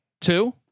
Two